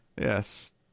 Yes